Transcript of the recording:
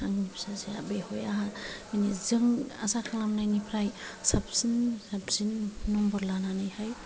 आंनि फिसाजोआ बेवहाय आंहा माने जों आसा खालामनायनिफ्राय साबसिन साबसिन नम्बर लानानैहाय